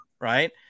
right